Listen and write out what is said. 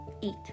eat